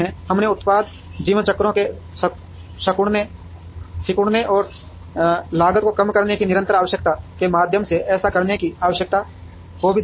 हमने उत्पाद जीवन चक्रों के सिकुड़ने और लागत को कम करने की निरंतर आवश्यकता के माध्यम से ऐसा करने की आवश्यकता को भी देखा